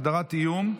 הגדרת איום),